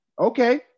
okay